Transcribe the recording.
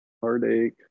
heartache